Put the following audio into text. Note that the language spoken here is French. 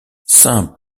saint